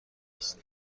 است